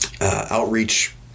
outreach